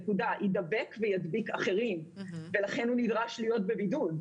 ידבק וידביק אחרים ולכן הוא נדרש להיות בבידוד.